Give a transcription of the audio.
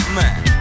man